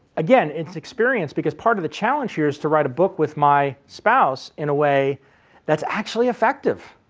again its experience because part of the challenge here is to write a book with my spouse in a way that's actually effective.